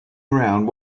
around